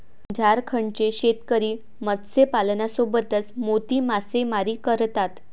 झारखंडचे शेतकरी मत्स्यपालनासोबतच मोती मासेमारी करतात